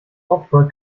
opera